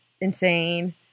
insane